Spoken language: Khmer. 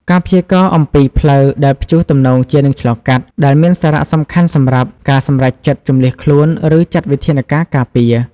ការព្យាករណ៍អំពីផ្លូវដែលព្យុះទំនងជានឹងឆ្លងកាត់ ដែលមានសារៈសំខាន់សម្រាប់ការសម្រេចចិត្តជម្លៀសខ្លួន ឬចាត់វិធានការការពារ។